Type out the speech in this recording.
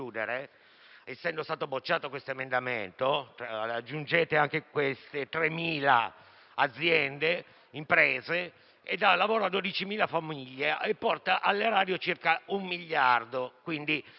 essendo stato bocciato questo emendamento, aggiungete al novero anche queste 3.000 imprese) dà lavoro a 12.000 famiglie e porta all'erario circa un miliardo: